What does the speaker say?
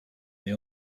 they